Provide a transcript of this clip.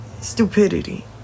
Stupidity